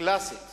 קלאסית